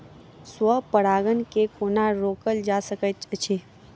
स्व परागण केँ कोना रोकल जा सकैत अछि?